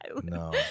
No